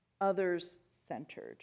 Others-centered